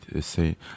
say